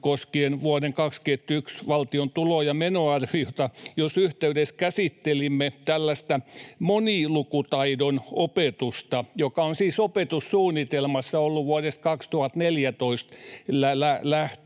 koskien vuoden 21 valtion tulo- ja menoarviota, jonka yhteydessä käsittelimme tällaista monilukutaidon opetusta, joka on siis opetussuunnitelmassa ollut vuodesta 2014 lähtien.